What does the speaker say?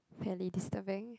fairly disturbing